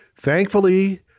thankfully